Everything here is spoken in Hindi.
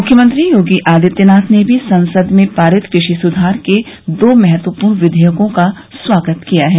मुख्यमंत्री योगी आदित्यनाथ ने भी संसद में पारित कृषि सुधार के दो महत्वपूर्ण विधेयकों का स्वागत किया है